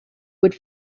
would